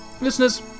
listeners